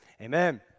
amen